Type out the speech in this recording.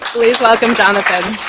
please welcome jonathan.